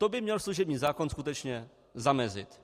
To by měl služební zákon skutečně zamezit.